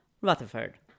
Rutherford